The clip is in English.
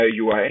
UI